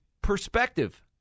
perspective